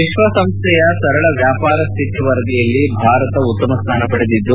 ವಿಶ್ಲಂಸ್ಲೆಯ ಸರಳ ವ್ಲಾಪಾರ ಸ್ಥಿತಿ ವರದಿಯಲ್ಲಿ ಭಾರತ ಉತ್ತಮ ಸ್ಥಾನ ಪಡೆದಿದ್ದು